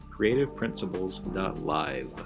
creativeprinciples.live